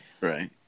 Right